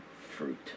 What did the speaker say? fruit